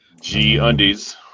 G-Undies